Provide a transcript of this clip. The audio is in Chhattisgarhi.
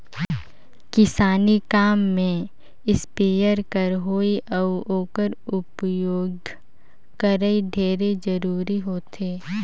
किसानी काम में इस्पेयर कर होवई अउ ओकर उपियोग करई ढेरे जरूरी होथे